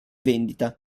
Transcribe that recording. vendita